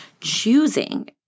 choosing